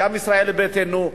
גם ישראל ביתנו,